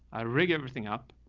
i rig everything up,